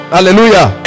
Hallelujah